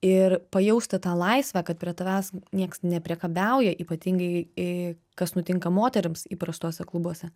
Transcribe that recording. ir pajausti tą laisvę kad prie tavęs nieks nepriekabiauja ypatingai i kas nutinka moterims įprastuose klubuose